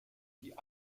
die